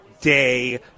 day